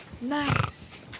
Nice